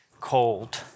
cold